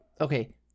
okay